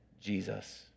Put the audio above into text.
Jesus